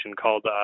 called